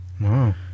wow